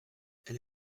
elle